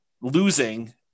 losing